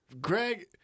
Greg